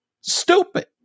stupid